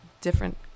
different